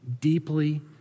deeply